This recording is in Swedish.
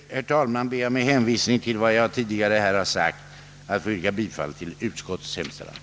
Med det anförda yrkar jag bifall till dessa reservationer och i övrigt till utskottets hemställan.